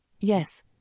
Yes